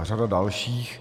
Řada dalších.